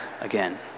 again